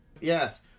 Yes